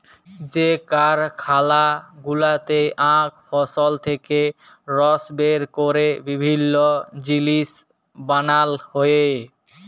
যে কারখালা গুলাতে আখ ফসল থেক্যে রস বের ক্যরে বিভিল্য জিলিস বানাল হ্যয়ে